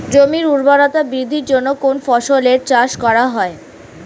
জমির উর্বরতা বৃদ্ধির জন্য কোন ফসলের চাষ করা হয়?